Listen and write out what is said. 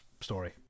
story